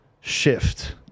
shift